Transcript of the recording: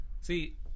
See